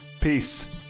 Peace